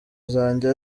zanjye